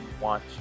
want